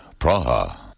Praha